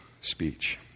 speech